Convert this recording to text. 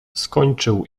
skończył